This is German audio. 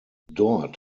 dort